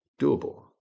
doable